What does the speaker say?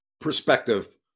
perspective